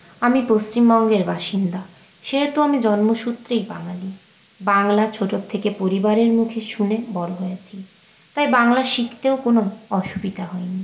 আমি পশ্চিমবঙ্গের বাসিন্দা সেহেতু আমি জন্মসূত্রেই বাঙালি বাংলা ছোটোর থেকে পরিবারের মুখে শুনে বড়ো হয়েছি তাই বাংলা শিখতেও কোনো অসুবিধা হয়নি